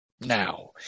Now